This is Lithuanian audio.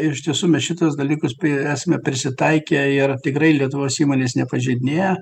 ir iš tiesų mes šituos dalykus esame prisitaikę ir tikrai lietuvos įmonės nepažeidinėja